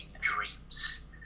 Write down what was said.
dreams